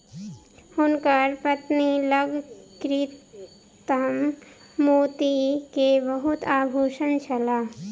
हुनकर पत्नी लग कृत्रिम मोती के बहुत आभूषण छल